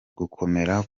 gukomera